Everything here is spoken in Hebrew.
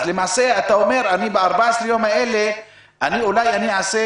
למעשה אתה אומר: ב-14 יום האלה אני אולי אעשה